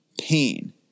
pain